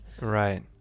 Right